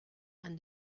and